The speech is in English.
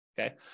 okay